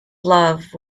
love